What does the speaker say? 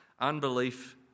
unbelief